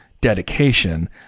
dedication